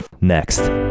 Next